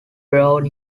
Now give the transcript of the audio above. brown